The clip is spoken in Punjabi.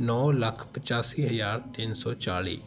ਨੌ ਲੱਖ ਪਚਾਸੀ ਹਜ਼ਾਰ ਤਿੰਨ ਸੌ ਚਾਲੀ